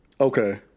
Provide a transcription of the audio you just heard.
Okay